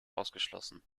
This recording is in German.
ausgeschlossen